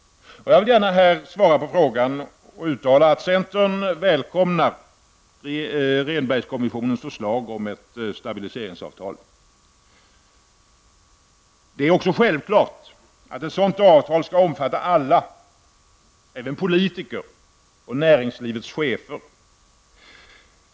Jag vill gärna svara på en fråga och säga att centern välkomnar Rehnbergkommissionens förslag om ett stabiliseringsavtal. Det är också självklart att ett sådant avtal skall omfatta alla, även politiker och näringslivets chefer.